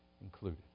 included